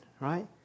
Right